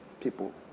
people